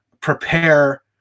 prepare